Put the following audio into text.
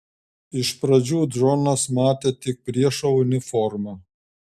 iš pradžių džonas matė tik priešo uniformą